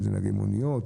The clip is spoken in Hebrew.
אם זה נהגי מוניות,